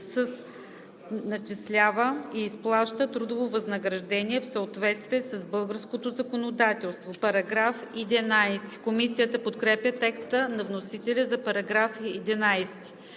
с „начислява и изплаща трудово възнаграждение в съответствие с българското законодателство“.“ Комисията подкрепя текста на вносителя за § 11.